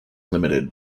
limited